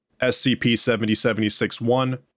SCP-7076-1